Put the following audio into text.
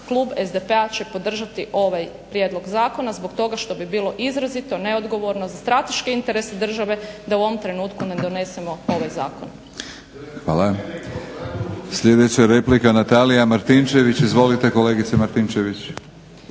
klub SDP-a će podržati ovaj prijedlog zakona zbog toga što bi bilo izrazito neodgovorno za strateške interese države da u ovom trenutku ne donesemo ovaj Zakon. **Batinić, Milorad (HNS)** Hvala. Sljedeća replika Natalija Martinčević. Izvolite kolegice Martinčević.